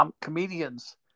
comedians